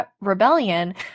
rebellion